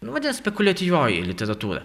nu vadinas spekuliatyvioji literatūra